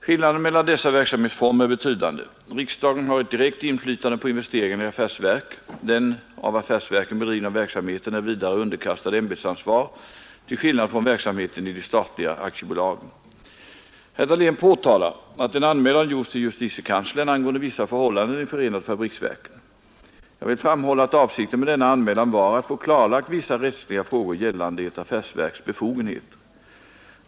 Skillnaden mellan dessa verksamhetsformer är betydande. Riksdagen har ett direkt inflytande på investeringarna i affärsverk. Den av affärsverken bedrivna verksamheten är vidare underkastad ämbetsansvar till skillnad från verksamheten i de statliga aktiebolagen. Herr Dahlén påtalar att en anmälan gjorts till justitiekanslern angående vissa förhållanden i förenade fabriksverken. Jag vill framhålla att avsikten med denna anmälan var att få klarlagt vissa rättsliga frågor gällande ett affärsverks befogenheter.